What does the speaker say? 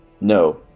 No